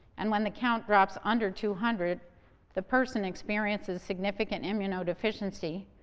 and when the count drops under two hundred the person experiences significant immunodeficiency,